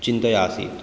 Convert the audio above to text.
चिन्तयामि